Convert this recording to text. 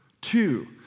Two